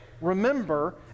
Remember